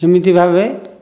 ଏମିତି ଭାବେ